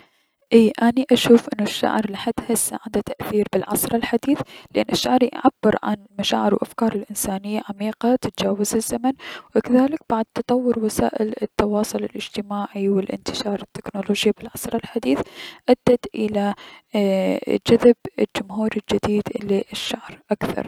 اي اني اشوف انو الشعر لحد هسه عنده تأثير بلعصر الحديث لأن الشعر يعبر عن مشاعر و افكار الأنسانية عميقة تتجاوز الزمن و كذلك بعد تطور وسائل التواصل الأجتماعي و الأنتشار التكنولوجية بالعصر الحديث ادت الى ايي- جذب الجمهولر الجديد الى الشعر اكثر.